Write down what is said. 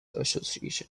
association